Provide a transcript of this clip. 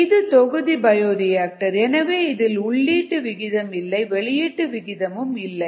இது தொகுதி பயோரியாக்டர் எனவே இதில் உள்ளீட்டு விகிதம் இல்லை வெளியீட்டு விகிதமும் இல்லை